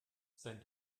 sein